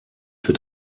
für